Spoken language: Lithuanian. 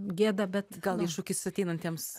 gėda bet gal iššūkis ateinantiems